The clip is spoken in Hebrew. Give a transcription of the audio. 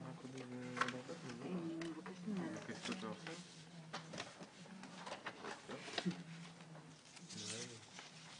12:54.